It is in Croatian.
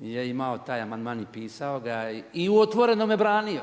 je imao taj amandman i pisao ga i u Otvorenome branio.